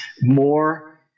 more